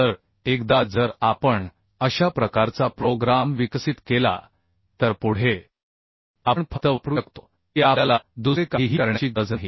तर एकदा जर आपण अशा प्रकारचा प्रोग्राम विकसित केला तर पुढे आपण फक्त वापरू शकतो की आपल्याला दुसरे काहीही करण्याची गरज नाही